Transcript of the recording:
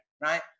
right